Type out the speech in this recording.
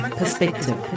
perspective